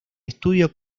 estudio